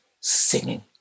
singing